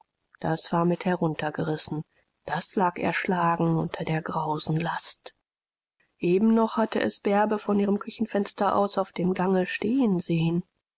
das war mit heruntergerissen das lag erschlagen unter der grausen last eben noch hatte es bärbe von ihrem küchenfenster aus auf dem gange stehen sehen